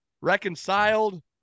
reconciled